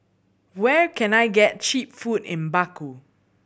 where can I get cheap food in Baku